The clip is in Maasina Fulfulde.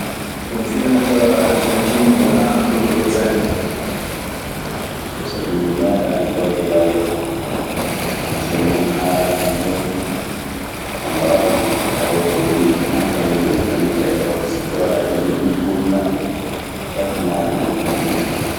Finatawa argetine mi wana anndan ɗo dun sanne, sabi mi meeɗaayi dawde yahde ton. Bon, so mi wii mi haalan hen huunde. Ana waawi tawee wiide tan kaa, eɓe nanndita e Erop. Sikke walaa hen eɓe jogii bomi maɓɓe, kertanaaɗe ɓe kamɓe du.